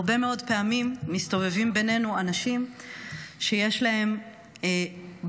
הרבה מאוד פעמים מסתובבים בינינו אנשים שיש להם בעיות,